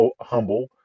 humble